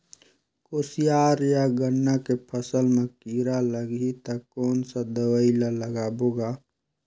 कोशियार या गन्ना के फसल मा कीरा लगही ता कौन सा दवाई ला लगाबो गा?